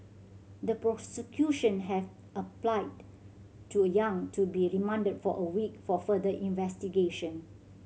the prosecution have applied to Yang to be remanded for a week for further investigation